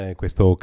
questo